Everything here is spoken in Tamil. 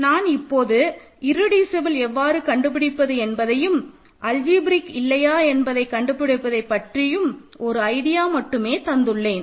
நான் இப்போது இர்ரெடியூசபல் எவ்வாறு கண்டுபிடிப்பது என்பதையும் அல்ஜிப்ரேக்கா இல்லையா என்பதை கண்டுபிடிப்பது பற்றியும் ஒரு ஐடியா மட்டுமே தந்துள்ளேன்